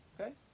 Okay